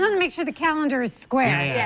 and make sure the calendar is square. yeah